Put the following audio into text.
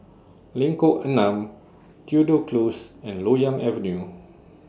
Lengkok Enam Tudor Close and Loyang Avenue